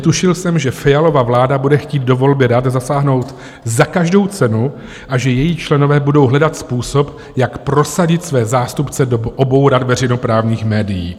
Netušil jsem, že Fialova vláda bude chtít do volby rad zasáhnout za každou cenu a že její členové budou hledat způsob, jak prosadit své zástupce do obou rad veřejnoprávních médií.